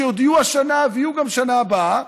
שעוד יהיו השנה ויהיו גם בשנה הבאה,